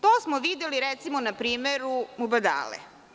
To smo videli, recimo, na primeru „Mubadala“